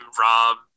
Rob